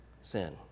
sin